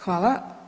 Hvala.